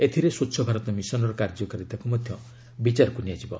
ଏଥିରେ ସ୍ୱଚ୍ଚ ଭାରତ ମିଶନର କାର୍ଯ୍ୟକାରିତାକୁ ମଧ୍ୟ ବିଚାରକୁ ନିଆଯିବ